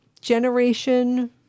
generation